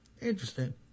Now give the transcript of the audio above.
interesting